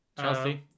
Chelsea